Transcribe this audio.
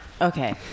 Okay